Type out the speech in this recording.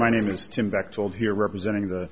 my name is tim back told here representing the